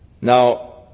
Now